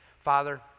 father